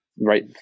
right